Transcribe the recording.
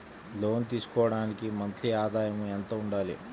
లోను తీసుకోవడానికి మంత్లీ ఆదాయము ఎంత ఉండాలి?